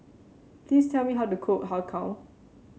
please tell me how to cook Har Kow